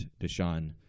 Deshaun